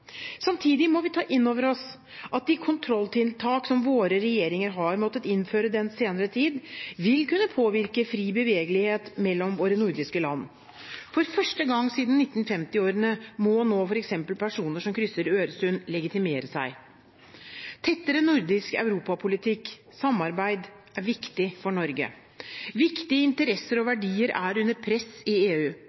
Samtidig må vi ta inn over oss at de kontrolltiltak som våre regjeringer har måttet innføre den senere tid, vil kunne påvirke fri bevegelighet mellom våre nordiske land. For første gang siden 1950-årene må nå f.eks. personer som krysser Øresund, legitimere seg. Tettere nordisk europapolitisk samarbeid er viktig for Norge. Viktige interesser og verdier er under press i EU.